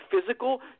physical